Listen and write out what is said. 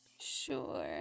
Sure